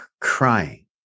crying